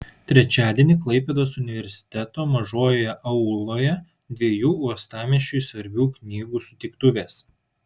trečiadienį klaipėdos universiteto mažojoje auloje dviejų uostamiesčiui svarbių knygų sutiktuvės